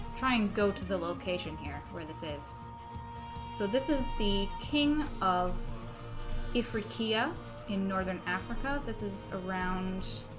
try and go to the location here where this is so this is the king of afriqiyah in northern africa this is around